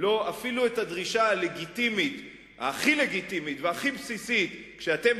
אפילו את הדרישה הכי לגיטימית והכי בסיסית כשאתם